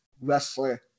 wrestler